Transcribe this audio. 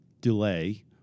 delay